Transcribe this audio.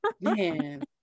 Man